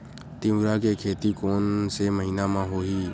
तीवरा के खेती कोन से महिना म होही?